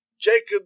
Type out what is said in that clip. Jacob